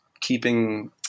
keeping